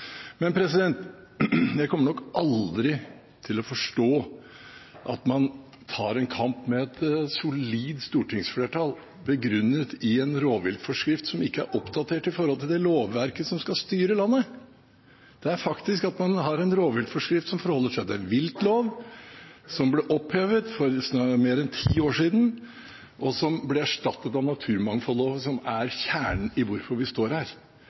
Men jeg kommer nok aldri til å forstå at man tar en kamp mot et solid stortingsflertall begrunnet i en rovviltforskrift som ikke er oppdatert i henhold til lovverket som landet skal styres etter. Man har faktisk en rovviltforskrift som forholder seg til en viltlov som ble opphevet for mer enn ti år siden, og som ble erstattet av naturmangfoldloven. Det er kjernen i hvorfor vi står her.